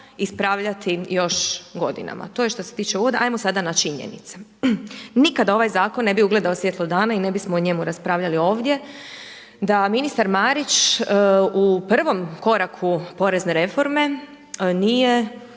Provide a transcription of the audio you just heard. ispravljati još godinama. To je što se tiče uvoda, ajmo sada na činjenice. Nikada ovaj zakon ne bi ugledao svjetlo dana i ne bismo o njemu raspravljali ovdje da ministar Marić u prvom koraku porezne reforme nije